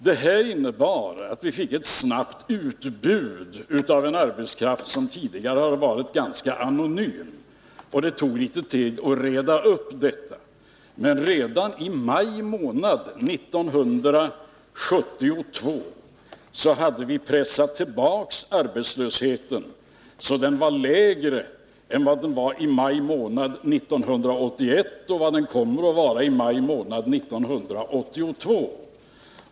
Detta innebar att vi fick ett snabbt utbud av en arbetskraft som tidigare hade varit ganska anonym. Det tog litet tid att reda upp detta. Men redan i maj månad 1972 hade vi pressat tillbaka arbetslösheten, så att den var lägre än vad den var i maj månad 1981 och vad den kommer att vara i maj månad 1982.